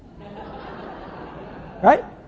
right